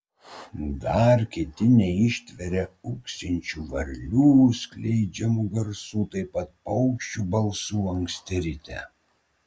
dar kiti neištveria ūksinčių varlių skleidžiamų garsų taip pat paukščių balsų anksti ryte